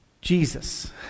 Jesus